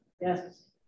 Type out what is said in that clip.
Yes